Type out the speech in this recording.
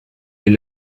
les